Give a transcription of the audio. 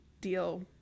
deal